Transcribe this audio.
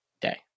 day